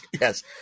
yes